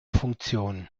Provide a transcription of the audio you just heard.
funktion